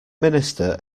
minister